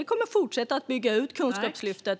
Vi kommer att fortsätta bygga ut Kunskapslyftet.